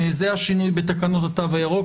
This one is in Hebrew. זה השינוי בתקנות התו הירוק.